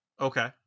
Okay